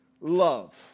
love